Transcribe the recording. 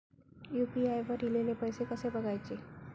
UPI वर ईलेले पैसे कसे बघायचे?